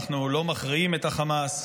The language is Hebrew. אנחנו לא מכריעים את החמאס,